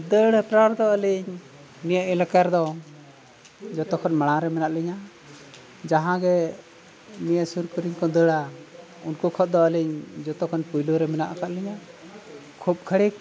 ᱫᱟᱹᱲ ᱦᱚᱯᱲᱟᱣ ᱫᱚ ᱟᱹᱞᱤᱧ ᱱᱤᱭᱟᱹ ᱮᱞᱟᱠᱟ ᱨᱮᱫᱚ ᱡᱚᱛᱚ ᱠᱷᱚᱱ ᱢᱟᱲᱟᱝᱨᱮ ᱢᱮᱱᱟᱜ ᱞᱤᱧᱟᱹ ᱡᱟᱦᱟᱸᱜᱮ ᱱᱤᱭᱟᱹ ᱥᱩᱨ ᱠᱚᱨᱮᱱ ᱠᱚ ᱫᱟᱹᱲᱟ ᱩᱱᱠᱩ ᱠᱷᱚᱱᱫᱚ ᱟᱹᱞᱤᱧ ᱡᱚᱛᱚ ᱠᱷᱚᱱ ᱯᱳᱭᱞᱳ ᱨᱮ ᱢᱮᱱᱟᱜ ᱟᱠᱟᱫ ᱞᱤᱧᱟᱹ ᱠᱷᱩᱵ ᱜᱷᱟᱹᱲᱤᱠ